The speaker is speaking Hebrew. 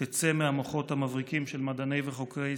תצא מהמוחות המבריקים של מדעני וחוקרי ישראל.